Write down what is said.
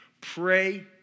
pray